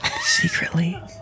secretly